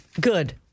Good